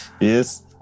Yes